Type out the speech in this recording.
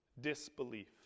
disbelief